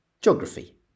geography